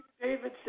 Davidson